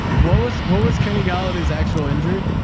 what was, what was kenny gala at his actual injury?